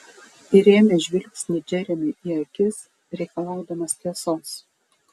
įrėmė žvilgsnį džeremiui į akis reikalaudamas tiesos